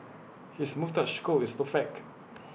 his moustache curl is perfect